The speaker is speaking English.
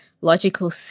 logical